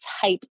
type